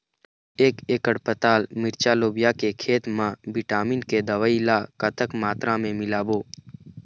एक एकड़ पताल मिरचा लोबिया के खेत मा विटामिन के दवई ला कतक मात्रा म डारबो?